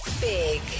big